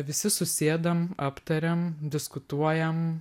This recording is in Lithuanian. visi susėdam aptariam diskutuojam